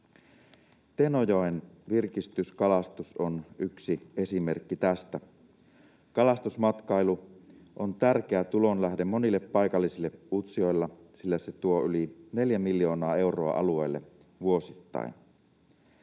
Tenojoen virkistyskalastus on yksi esimerkki tästä. Kalastusmatkailu on tärkeä tulonlähde monille paikallisille Utsjoella, sillä se tuo alueelle yli 4 miljoonaa euroa vuosittain.